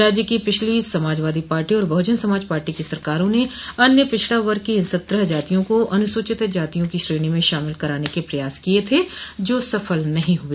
राज्य की पिछली समाजवादी पार्टी और बहजन समाज पार्टी की सरकारों ने अन्य पिछड़ा वर्ग की इन सत्रह जातियों को अनुसूचित जातियों की श्रेणी में शामिल कराने के प्रयास किए थे जो सफल नहीं हुए